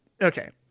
okay